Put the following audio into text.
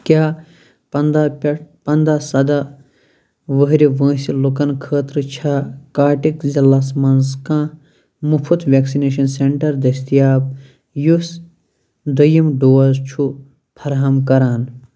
کیٛاہ پَنٛداہ پٮ۪ٹھ پَنٛداہ سداہ وُہرِ وٲنٛسہِ لوٗکن خٲطرٕ چھا کاٹِک ضِلعس مَنٛز کانٛہہ مُفٕت ویکسِنیٚشن سینٹر دٔستِیاب یُس دوٚیِم ڈوز چھُ فراہم کَران